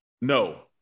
No